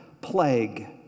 plague